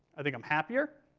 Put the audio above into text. i think i'm happier,